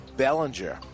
Bellinger